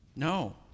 No